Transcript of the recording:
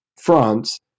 France